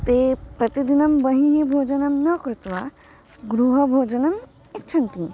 ते प्रतिदिनं बहिः भोजनं न कृत्वा गृहभोजनम् इच्छन्ति